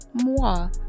moi